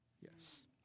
Yes